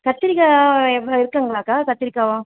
கத்திரிக்காய் எவ்வளோ இருக்குதுங்களாக்கா கத்திரிக்காய்